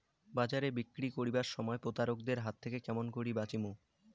বাজারে বিক্রি করিবার সময় প্রতারক এর হাত থাকি কেমন করি বাঁচিমু?